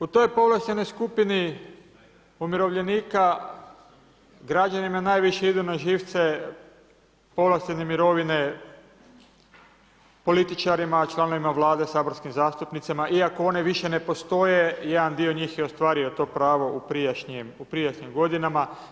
U toj povlaštenoj skupini umirovljenika građanima najviše idu na živce povlaštene mirovine političarima, članovima Vlade, saborskim zastupnicima iako one više ne postoje, jedan dio njih je ostvario to pravo u prijašnjim godinama.